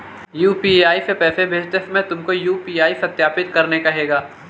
UPI से पैसे भेजते समय तुमको यू.पी.आई सत्यापित करने कहेगा